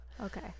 Okay